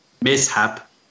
mishap